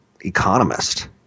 economist